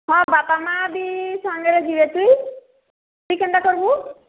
ହଁ ବାପା ମାଆ ବି ସାଙ୍ଗରେ ଯିବେ ତୁଇ ତୁଇ କେନ୍ତା କରବୁ